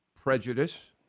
prejudice